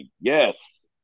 yes